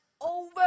over